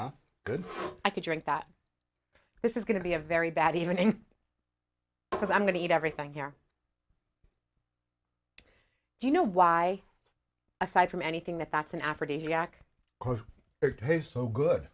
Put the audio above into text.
oh good i could drink that this is going to be a very bad even because i'm going to eat everything here do you know why aside from anything that that's an aphrodisiac cause it taste so good